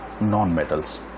non-metals